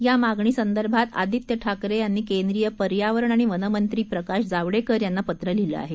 यामागणीसंदर्भातआदित्यठाकरेयांनीकेंद्रीयपर्यावरणआणिवनमंत्रीप्रकाशजावडेकरयांनापत्रलिहीलंआहे